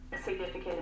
significant